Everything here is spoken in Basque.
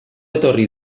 etorri